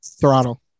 Throttle